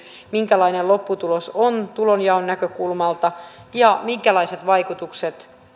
minkälainen lopputulos on tulonjaon näkökulmasta ja minkälaiset vaikutukset